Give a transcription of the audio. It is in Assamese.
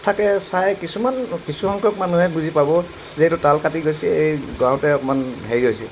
থাকে চাই কিছুমান কিছুসংখ্যক মানুহে বুজি পাব যে এইটো তাল কাটি গৈছে এই গাওঁতে অকণমান হেৰি হৈছে